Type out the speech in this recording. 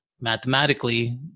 Mathematically